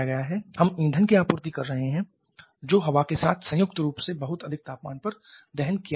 हम ईंधन की आपूर्ति कर रहे हैं जो हवा के साथ संयुक्त रूप से बहुत अधिक तापमान पर दहन किया जा रहा है